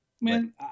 man